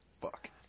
fuck